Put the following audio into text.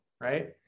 Right